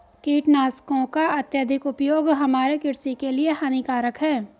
कीटनाशकों का अत्यधिक उपयोग हमारे कृषि के लिए हानिकारक है